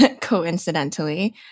coincidentally